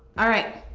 alright,